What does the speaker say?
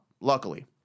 luckily